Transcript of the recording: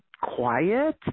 quiet